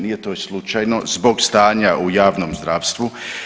Nije to slučajno zbog stanja u javnom zdravstvu.